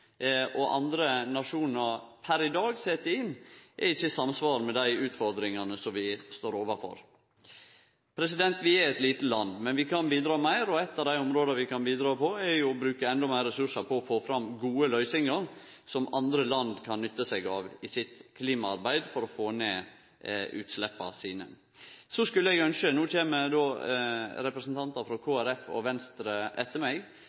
og andre nasjonar per i dag set inn, er ikkje i samsvar med dei utfordringane vi står overfor. Vi er eit lite land, men vi kan bidra meir. Eit av dei områda vi kan bidra på, er å bruke endå meir ressursar på å få fram gode løysingar som andre land kan nytte seg av i sitt klimaarbeid for å få ned utsleppa sine. No kjem representantar frå Kristeleg Folkeparti og Venstre etter meg.